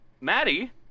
Maddie